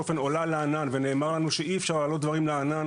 אופן עולה על הענן ונאמר לנו שאי אפשר להעלות דברים לענן